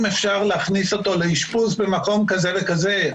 אפשר להכניס אותו לאשפוז במקום כזה וכזה?